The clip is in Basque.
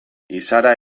izara